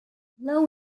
low